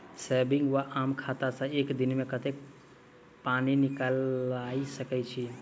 Saving वा आम खाता सँ एक दिनमे कतेक पानि निकाइल सकैत छी?